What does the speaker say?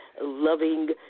loving